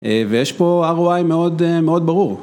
ויש פה ROI מאוד ברור.